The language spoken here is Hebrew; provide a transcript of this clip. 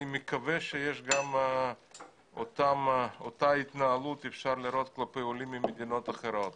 אני מקווה שאת אותה התנהלות אפשר לראות כלפי עולים ממדינות אחרות